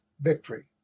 victory